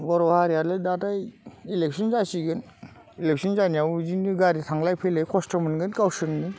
बर' हारियालाय दालाय इलेकसन जासिगोन इलेकसन जानायाव बिदिनो गारि थांलाय फैलाय खस्थ' मोनगोन गावसोरनो